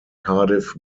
cardiff